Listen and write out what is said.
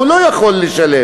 הוא לא יכול לשלם,